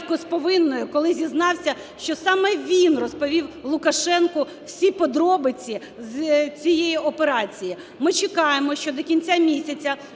Дякую